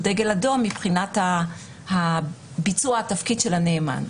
דגל אדום מבחינת ביצוע התפקיד של הנאמן.